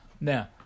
Now